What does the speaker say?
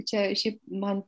čia šiaip man